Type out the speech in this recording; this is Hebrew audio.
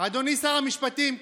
אדוני שר המשפטים,